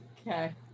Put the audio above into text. Okay